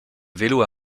vélo